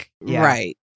right